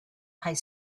high